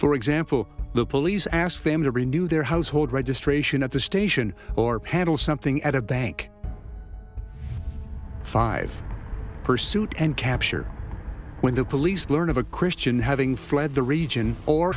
police ask them to renew their household registration at the station or handle something at a bank five pursuit and capture when the police learn of a christian having fled the region or